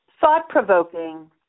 thought-provoking